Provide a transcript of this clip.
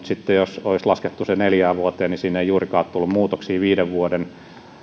sitten jos se olisi laskettu neljään vuoteen siinä ei juurikaan olisi tullut muutoksia viiden vuoden